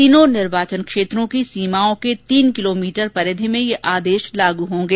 तीनों निर्वाचन क्षेत्रों की सीमाओं के तीन किलोमीटर परिधी में ये आदेश लागू होंगे